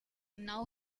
now